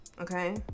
okay